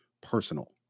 personal